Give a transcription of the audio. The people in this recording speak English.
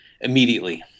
immediately